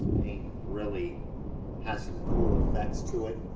paint really has some cool effects to it.